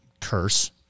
curse